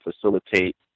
facilitate